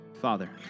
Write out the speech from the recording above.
Father